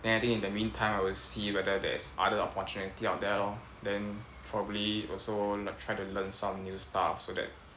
then I think in the meantime I will see whether there's other opportunity out there lor then probably also like try to learn some new stuff so that